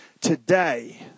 today